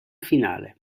finale